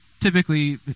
typically